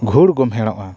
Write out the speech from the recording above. ᱜᱷᱩᱲ ᱜᱚᱢᱵᱷᱮᱲᱚᱜᱼᱟ